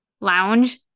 lounge